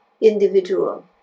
individual